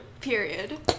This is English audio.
Period